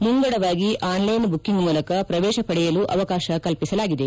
ಮುಂಗಡವಾಗಿ online booking ಮೂಲಕ ಪ್ರವೇಶ ಪಡೆಯಲು ಅವಕಾಶ ಕಲ್ಪಿಸಲಾಗಿದೆ